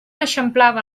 eixamplava